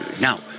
now